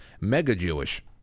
mega-Jewish